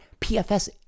PFS